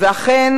ואכן